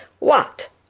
what!